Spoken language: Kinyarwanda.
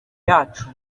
yacu